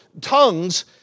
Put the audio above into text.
tongues